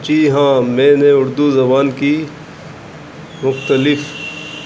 جی ہاں میں نے اردو زبان کی مختلف